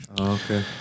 Okay